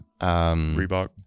reebok